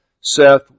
Seth